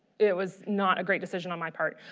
it was not a great decision on my part.